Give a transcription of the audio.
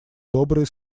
добрые